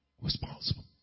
Responsible